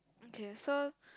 okay so